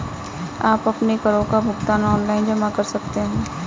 आप अपने करों का भुगतान ऑनलाइन जमा कर सकते हैं